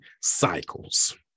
cycles